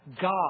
God